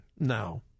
now